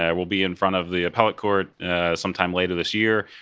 yeah we'll be in front of the appellate court sometime later this year.